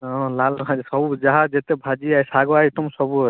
ହଁ ଲାଲ ସବୁ ଯାହା ଯେତେ ଭାଜି ଏ ଶାଗ ଆଇଟମ୍ ସବୁ ଅଛି